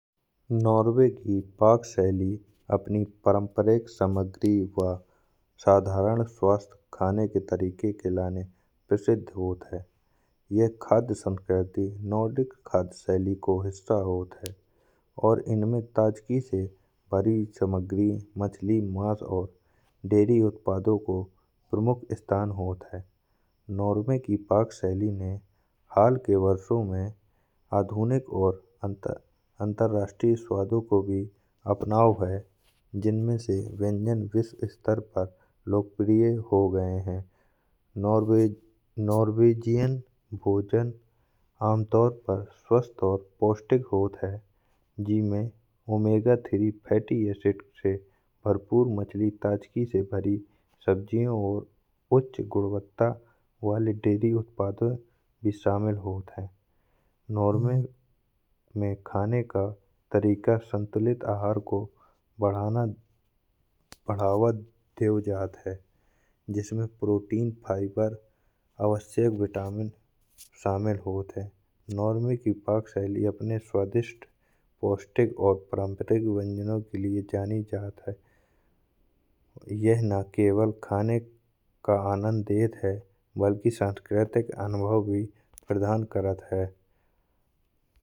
नॉर्वे की पाक शैली अपनी पारंपरिक सामग्री व साधारण स्वस्थ खाने के तरीके के लिए प्रसिद्ध होती है। यह खाद्य संस्कृति नॉर्डिक खाद्य शैली से रिश्ता होती है और इनमें ताजगी से भरी सामग्री, मछली, मांस और डेयरी उत्पादों को प्रमुख स्थान होता है। नॉर्वे की पाक शैली में हाल के वर्षों में आधुनिक और अंतरराष्ट्रीय स्वादों को भी अपनाया है। जिनमें से व्यंजन विश्व स्तर पर लोकप्रिय हो गए हैं। नॉर्वेजियन भोजन आमतौर पर स्वस्थ और पोष्टिक होता है। जिसमें ओमेगा तीन फैटी एसिड से भरपूर मछली, ताजगी से भरी सब्जियाँ और उच्च गुणवत्ता वाले डेयरी उत्पाद भी शामिल होते हैं। नॉर्वे में खाने का तरीका संतुलित आहार को बढ़ावा और बढ़ावा देते हैं, जिसमें प्रोटीन, फाइबर और आवश्यक विटामिन शामिल होते हैं। नॉर्वे की पाक शैली अपने स्वादिष्ट, पोष्टिक और पारंपरिक व्यंजनों के लिए जानी जाती है। यह न केवल खाने का आनंद देती है बल्कि सांस्कृतिक अनुभव भी प्रदान करती है।